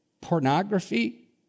pornography